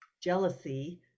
jealousy